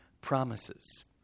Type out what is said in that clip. promises